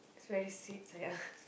is very sweet ya